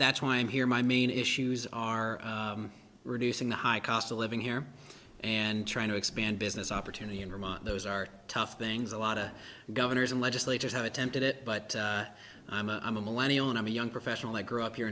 that's why i'm here my main issues are reducing the high cost of living here and trying to expand business opportunity in vermont those are tough things a lot of governors and legislatures have attempted it but i'm a i'm a millennia and i'm a young professional i grew up here